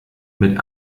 mit